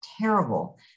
terrible